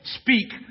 speak